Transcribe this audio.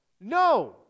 No